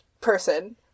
person